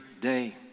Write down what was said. day